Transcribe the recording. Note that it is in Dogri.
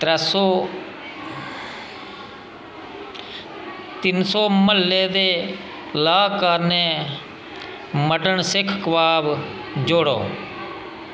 त्रै सौ तिन सौ म्हल्ले दे ला कार्ने मटन सीख कबाब जोड़ो